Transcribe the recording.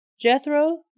Jethro